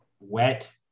wet